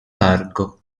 largo